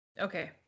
Okay